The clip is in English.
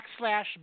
backslash